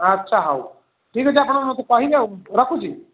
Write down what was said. ଆଚ୍ଛା ହଉ ଠିକ୍ ଅଛି ଆପଣ ମୋତେ କହିବେ ଆଉ ରଖୁଛି